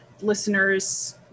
listeners